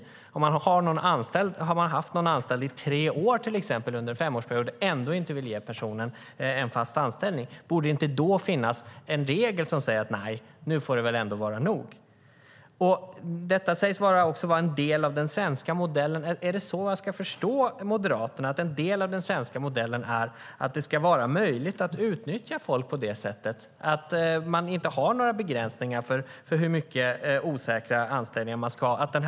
Har man under en femårsperiod till exempel haft någon anställd i tre år och ändå inte vill ge den personen en fast anställning, borde det då inte finnas en regel som säger att nej, nu får det vara nog? Detta sägs vara en del av den svenska modellen. Är det så jag ska förstå Moderaterna, att en del av den svenska modellen innebär att det ska vara möjligt att utnyttja folk på det sättet, att inte ha några begränsningar mot osäkra anställningar?